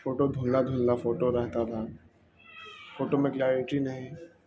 photo دھلنا دھلنا photo رہتا تھا فوٹو میں کلیرٹی نہیں